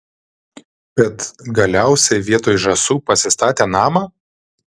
bet galiausiai vietoj žąsų pasistatė namą